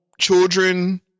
children